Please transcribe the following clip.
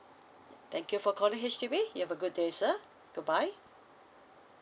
thank you for calling H_D_B you have a good day sir good bye